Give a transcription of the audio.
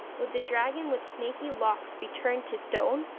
would the dragon with snaky locks be turned to stone,